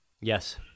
Yes